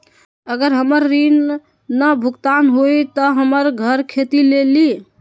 अगर हमर ऋण न भुगतान हुई त हमर घर खेती लेली?